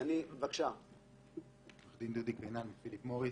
אני מ"פיליפ מוריס".